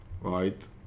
right